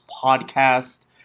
Podcast